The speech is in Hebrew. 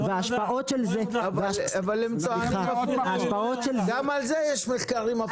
וההשפעות של זה --- גם על זה יש מחקרים הפוכים.